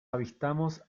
avistamos